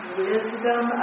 wisdom